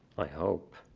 i hope.